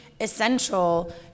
essential